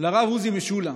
לרב עוזי משולם.